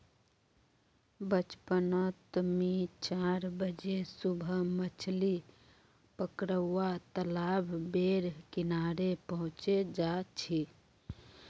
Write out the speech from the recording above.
बचपन नोत मि चार बजे सुबह मछली पकरुवा तालाब बेर किनारे पहुचे जा छी